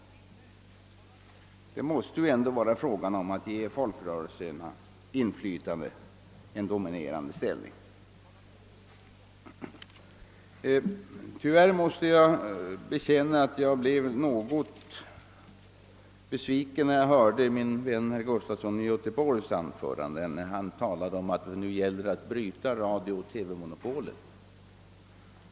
Det måste ändå vara fråga om att ge de olika folkrörelserna inflytande och en dominerande ställning. Jag måste bekänna att jag blev något besviken när jag hörde min vän herr Gustafsons i Göteborg anförande där han talade om att nu gällde det att bryta radiooch TV-monopolet.